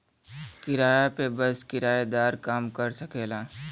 किराया पे बस किराएदारे काम कर सकेला